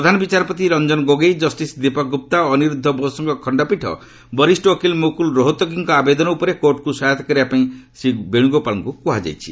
ପ୍ରଧାନ ବିଚାରପତି ରଞ୍ଜନ ଗୋଗୋଇ କଷ୍ଟିସ୍ ଦୀପକ ଗୁପ୍ତା ଓ ଅନିରୁଦ୍ଧ ବୋଷଙ୍କ ଖଣ୍ଡପୀଠ ବରିଷ୍ଠ ଓକିଲ ମୁକୁଲ ରୋହତଗୀଙ୍କ ଆବେଦନ ଉପରେ କୋର୍ଟ୍କୁ ସହାୟତା କରିବା ପାଇଁ ଶ୍ରୀ ବେଣୁଗୋପାଳଙ୍କୁ କୁହାଯାଇଛି